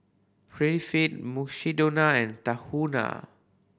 Prettyfit Mukshidonna and Tahuna